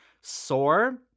sore